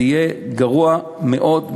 זה יהיה גרוע מאוד מאוד.